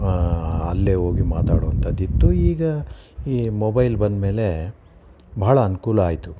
ಅಲ್ಲೇ ಹೋಗಿ ಮಾತಾಡೋವಂಥದ್ದಿತ್ತು ಈಗ ಈ ಮೊಬೈಲ್ ಬಂದಮೇಲೆ ಬಹಳ ಅನುಕೂಲ ಆಯಿತು